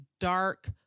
dark